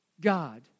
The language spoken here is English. God